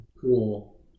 Cool